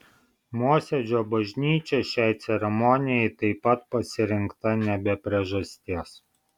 mosėdžio bažnyčia šiai ceremonijai taip pat pasirinkta ne be priežasties